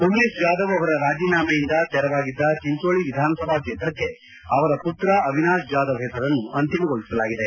ಉಮೇಶ್ ಜಾಧವ್ ಅವರ ರಾಜೀನಾಮೆಯಿಂದ ತೆರವಾಗಿದ್ದ ಚಿಂಚೋಳಿ ವಿಧಾನಸಭೆ ಕ್ಷೇತ್ರಕ್ಕೆ ಅವರ ಪುತ್ರ ಅವಿನಾಶ್ ಜಾಧವ್ ಹೆಸರನ್ನು ಅಂತಿಮಗೊಳಿಸಲಾಗಿದೆ